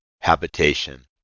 habitation